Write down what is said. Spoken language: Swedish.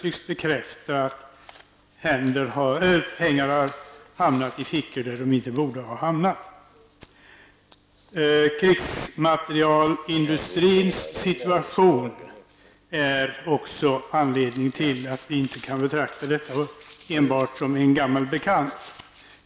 Pengar har hamnat i fickor där de inte borde ha hamnat. Krigsmaterielindustrins situation är också ett skäl till att vi inte kan betrakta detta ärende enbart som en gammal bekant.